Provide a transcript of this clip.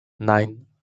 nine